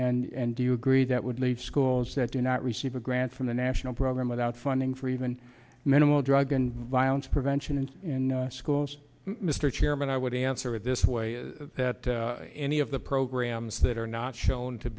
am and do you agree that would need schools that do not receive a grant from the national program by the funding for even minimal drug and violence prevention and in schools mr chairman i would answer it this way that any of the programs that are not shown to